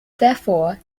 therefore